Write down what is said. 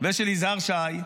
ושל יזהר שי,